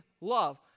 love